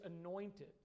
anointed